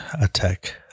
attack